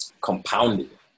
compounded